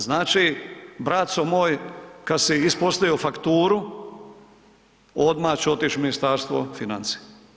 Znači, braco moj kad si ispostavio fakturu odma će otić u Ministarstvo financija.